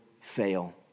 fail